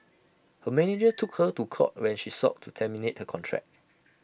her manager took her to court when she sought to terminate contract